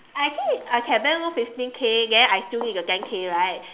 I think I can bank loan fifteen K then I still need the ten K right